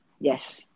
Yes